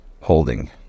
holding